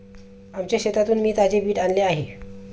आमच्या शेतातून मी ताजे बीट आणले आहे